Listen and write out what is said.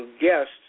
guests